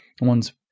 One's